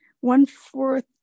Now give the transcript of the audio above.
one-fourth